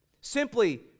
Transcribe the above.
simply